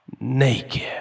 naked